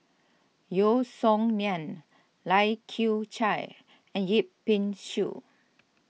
Yeo Song Nian Lai Kew Chai and Yip Pin Xiu